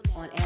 on